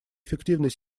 эффективной